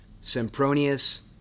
Sempronius